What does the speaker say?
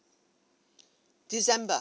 december